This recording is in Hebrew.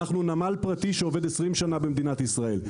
אנחנו נמל פרטי שעובד 20 שנה במדינת ישראל.